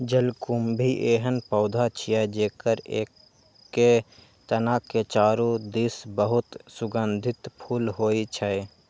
जलकुंभी एहन पौधा छियै, जेकर एके तना के चारू दिस बहुत सुगंधित फूल होइ छै